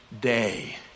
day